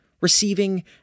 receiving